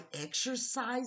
exercise